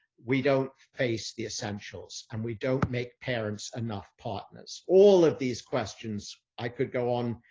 we don't face the essentials and we don't make parents enough partners. all of these questions i could go on.